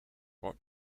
what